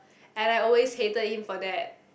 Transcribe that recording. and I always hated him for that